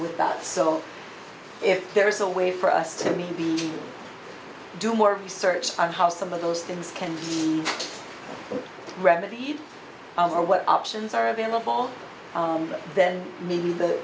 with that so if there is a way for us to meet the do more research on how some of those things can be remedied or what options are available then maybe the